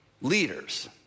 leaders